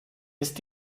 ist